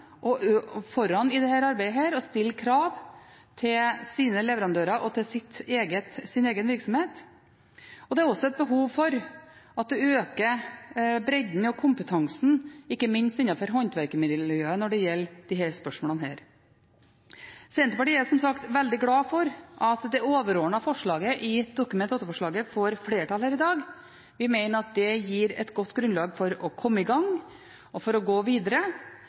i dette arbeidet og stille krav til sine leverandører og til sin egen virksomhet. Det er også et behov for å øke bredden og kompetansen ikke minst innenfor håndverkermiljøet når det gjelder disse spørsmålene. Senterpartiet er som sagt veldig glad for at det overordnede forslaget i Dokument 8-forslaget får flertall her i dag. Vi mener det gir et godt grunnlag for å komme i gang og for å gå videre.